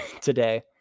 today